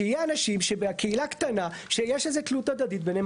שיהיו אנשים שבקהילה קטנה יש איזה תלות הדדית ביניהם,